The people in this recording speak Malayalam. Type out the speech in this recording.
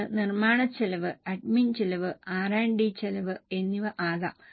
അത് നിർമ്മാണ ചെലവ് അഡ്മിൻ ചെലവ് ആർ ആൻഡ് ഡി ചെലവ് എന്നിവ ആകാം